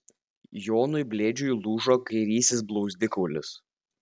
jonui blėdžiui lūžo kairysis blauzdikaulis